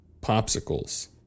popsicles